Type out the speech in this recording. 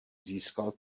získal